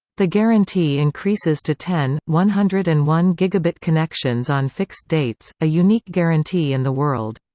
the guarantee increases to ten, one hundred and one gigabit connections on fixed dates, a unique guarantee in the world.